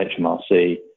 HMRC